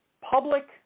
public